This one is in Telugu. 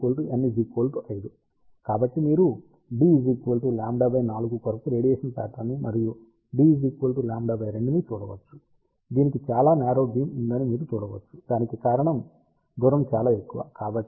కాబట్టి మీరు d λ 4 కొరకు రేడియేషన్ ప్యాట్రన్ ని మరియు d λ2 ని చూడవచ్చు దీనికి చాలా న్యారో బీమ్ ఉందని మీరు చూడవచ్చు దానికి కారణం దూరం చాలా ఎక్కువ